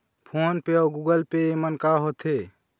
Phone पे अउ Google pay येमन का होते?